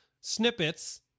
snippets